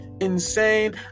insane